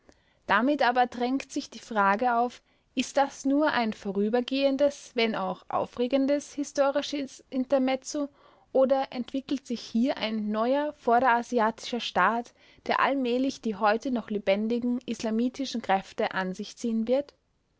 damit aber drängt sich die frage auf ist das nur ein vorübergehendes wenn auch aufregendes historisches intermezzo oder entwickelt sich hier ein neuer vorderasiatischer staat der allmählich die heute noch lebendigen islamitischen kräfte an sich ziehen wird